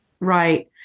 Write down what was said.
Right